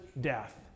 death